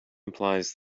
implies